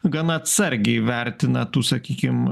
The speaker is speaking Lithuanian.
gana atsargiai vertina tų sakykim